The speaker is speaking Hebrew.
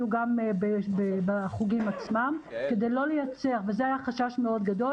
יהיו גם בחוגים עצמם כדי לא לייצר וזה היה חשש מאוד גדול